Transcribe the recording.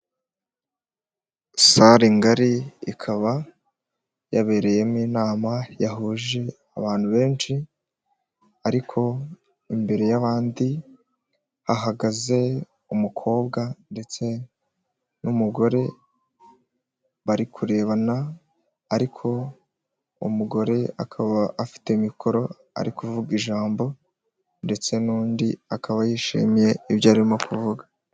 Sare ngari ikaba yabereyemo inama yahuje abantu benshi, ariko imbere y'abandi hahagaze umukobwa ndetse n'umugore, bari kubana ariko umugore akaba afite mikoro ari kuvuga ijambo, ndetse n'undi akaba yishimiye ibyo arimo kuvuga.